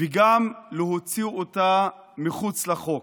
וגם להוציא אותה מחוץ לחוק.